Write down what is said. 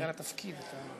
בגלל התפקיד אתה,